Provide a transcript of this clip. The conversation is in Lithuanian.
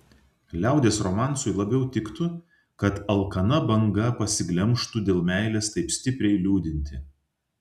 liaudies romansui labiau tiktų kad alkana banga pasiglemžtų dėl meilės taip stipriai liūdintį